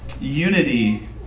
unity